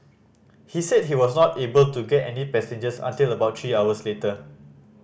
he said he was not able to get any passengers until about three hours later